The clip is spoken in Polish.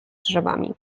drzewami